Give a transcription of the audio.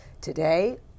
Today